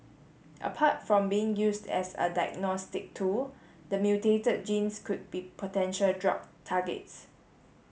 apart from being used as a diagnostic tool the mutated genes could be potential drug targets